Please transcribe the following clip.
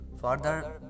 Further